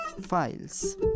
files